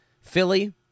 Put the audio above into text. Philly